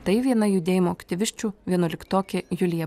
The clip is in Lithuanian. tai viena judėjimo aktyvisčių vienuoliktokė julija